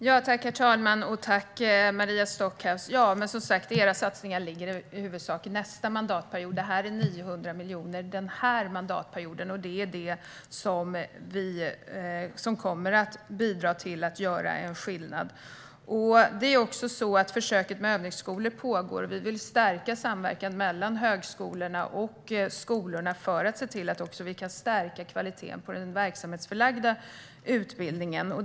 Herr talman! Tack, Maria Stockhaus! Som sagt gäller era satsningar i huvudsak nästa mandatperiod. Vår satsning är 900 miljoner för den här mandatperioden. Det är det som kommer att bidra till att göra en skillnad. Försöket med övningsskolor pågår. Vi vill stärka samverkan mellan högskolorna och skolorna för att se till att kvaliteten kan stärkas också på den verksamhetsförlagda utbildningen.